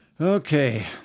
Okay